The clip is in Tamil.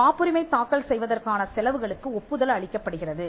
காப்புரிமை தாக்கல் செய்வதற்கான செலவுகளுக்கு ஒப்புதல் அளிக்கப்படுகிறது